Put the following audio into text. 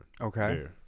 Okay